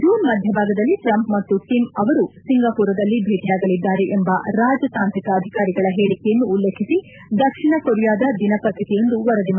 June ಮಧ್ಯಭಾಗದಲ್ಲಿ Trump ಮತ್ತು Kim ಅವರು ಸಿಂಗಪೂರದಲ್ಲಿ ಭೇಟಿಯಾಗಲಿದ್ದಾರೆ ಎಂಬ ರಾಜತಾಂತ್ರಿಕ ಅಧಿಕಾರಿಗಳ ಹೇಳಿಕೆಯನ್ನು ಉಲ್ಲೇಖಿಸಿ ದಕ್ಷಿಣ ಕೊರಿಯಾದ ದಿನಪತ್ರಿಕೆಯೊಂದು ವರದಿ ಮಾಡಿದೆ